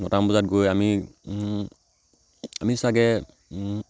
নটামান বজাত গৈ আমি আমি চাগে